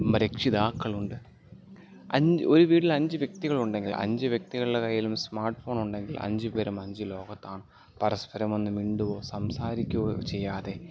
രക്ഷിതാക്കളുണ്ട് അഞ്ച് ഒരു വീട്ടിൽ അഞ്ച് വ്യക്തികളുണ്ടെങ്കിൽ അഞ്ച് വ്യക്തികളുടെ കയ്യിലും സ്മാർട്ട് ഫോണുണ്ടെങ്കിൽ അഞ്ച് പേരും അഞ്ച് ലോകത്താണ് പരസ്പരം ഒന്ന് മിണ്ടുവോ സംസാരിക്കുവോ ചെയ്യാതെ